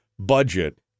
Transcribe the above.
Budget